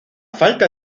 falta